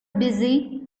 busy